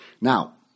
Now